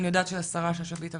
אני יודעת שהשרה שאשא ביטון,